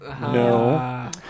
No